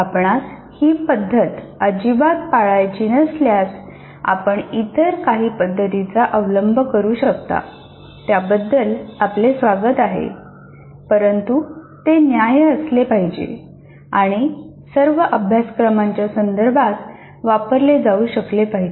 आपणास ही पद्धत अजिबात पाळावयाची नसल्यास आपण इतर काही पद्धतींचा अवलंब करू शकता त्याबद्दल आपले स्वागत आहे परंतु ते न्याय्य असले पाहिजे आणि सर्व अभ्यासक्रमांच्या संदर्भात वापरले जाऊ शकले पाहिजे